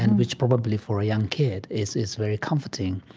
and which probably for a young kid, is is very comforting